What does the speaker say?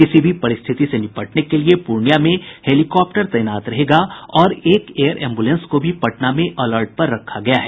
किसी भी परिस्थिति से निपटने के लिये पूर्णिया में हेलीकाप्टर तैनात रहेगा और एक एयर एम्बुलेंस को भी पटना में अलर्ट पर रखा गया है